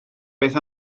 beth